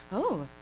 oh,